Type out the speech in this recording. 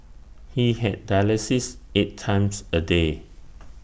he had dialysis eight times A day